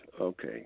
okay